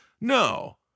No